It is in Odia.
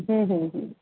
ହୁଁ ହୁଁ ହୁଁ